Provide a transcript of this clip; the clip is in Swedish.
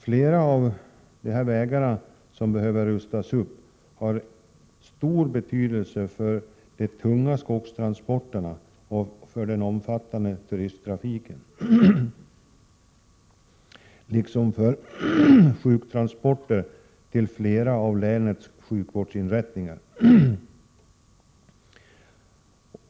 Flera av de vägar som behöver rustas upp har stor betydelse för de tunga skogstransporterna och för den omfattande turisttrafiken liksom för sjuktransporter till flera av länets sjukvårdsinrättningar.